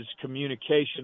communication